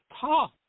top